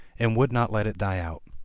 and would not let it die out.